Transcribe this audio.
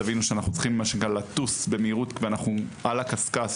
תבינו שאנחנו צריכים לטוס במהירות ואנחנו על הקשקש,